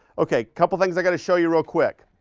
okay, a couple things i got to show you real quick.